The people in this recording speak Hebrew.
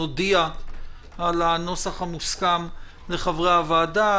נודיע על הנוסח המוסכם לחברי הוועדה.